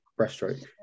breaststroke